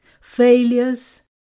failures